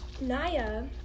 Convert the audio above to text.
Naya